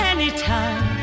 Anytime